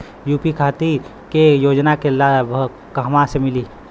UP खातिर के योजना के लाभ कहवा से मिली?